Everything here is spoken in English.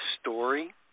story